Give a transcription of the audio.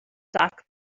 doc